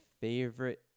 favorite